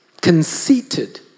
conceited